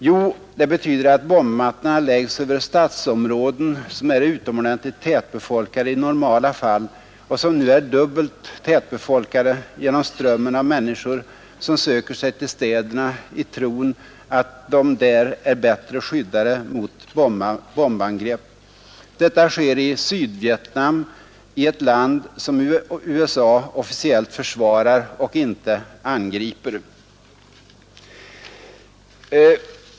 Jo, det betyder att bombmattorna läggs över stadsområden som är utomordentligt tätbefolkade i normala fall och som nu är dubbelt tätbefolkade genom strömmen av människor som söker sig till städerna i tron att där är de bättre skyddade mot bombangrepp. Detta sker i Sydvietnam, i ett land som USA officiellt försvarar och inte angriper.